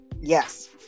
Yes